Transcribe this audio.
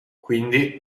quindi